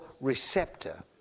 receptor